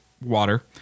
water